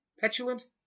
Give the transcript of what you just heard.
petulant